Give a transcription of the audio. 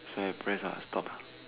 so I press ah stop